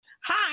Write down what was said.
Hi